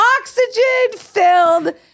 Oxygen-filled